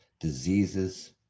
diseases